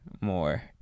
more